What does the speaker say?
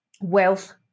wealth